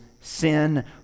sin